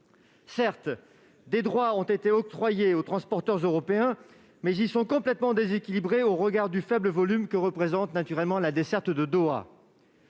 Certes, des droits ont été octroyés aux transporteurs européens en contrepartie, mais ils sont complètement déséquilibrés au regard du faible volume que représente la desserte de Doha.